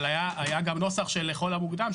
אבל היה גם נוסח של לכל המוקדם,